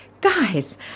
Guys